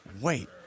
Wait